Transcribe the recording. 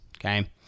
okay